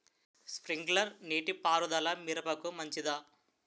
Sprinkler నీటిపారుదల మిరపకు మంచిదా?